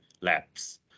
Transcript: labs